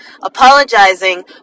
Apologizing